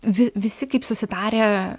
vi visi kaip susitarę